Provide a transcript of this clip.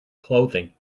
clothing